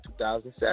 2007